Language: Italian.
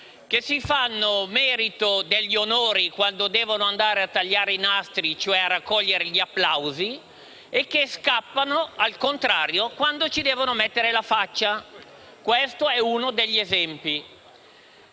si fanno merito degli onori quando devono andare a tagliare i nastri e cioè raccogliere gli applausi e, al contrario, scappano quando ci devono mettere la faccia. Questo è uno degli esempi.